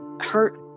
hurt